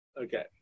Okay